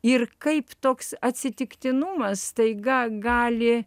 ir kaip toks atsitiktinumas staiga gali